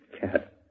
cat